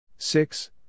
Six